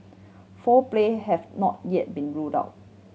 foul play have not yet been ruled out